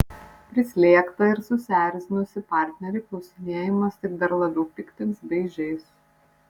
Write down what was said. prislėgtą ir susierzinusį partnerį klausinėjimas tik dar labiau piktins bei žeis